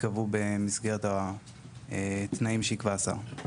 יקבעו במסגרת התנאים שיקבע השר.